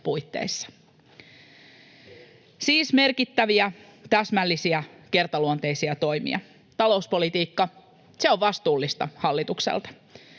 puitteissa. Siis merkittäviä, täsmällisiä, kertaluonteisia toimia: talouspolitiikka, se on vastuullista hallitukselta.